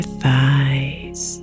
thighs